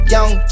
Young